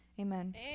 Amen